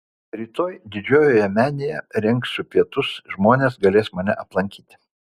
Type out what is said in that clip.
rytoj didžiojoje menėje rengiu pietus žmonės galės mane aplankyti